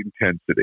intensity